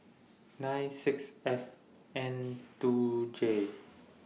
nine six F N two J